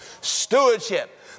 stewardship